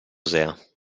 sehr